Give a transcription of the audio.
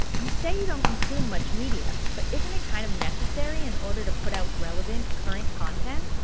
you say you don't consume much media but isn't it kind of necessary in order to put out relevant, current content?